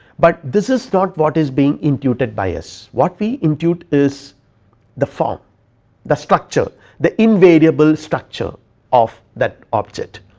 but this is not what is being intuited by us what we intuit is the form the structure the invariable structure of that object,